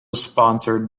sponsored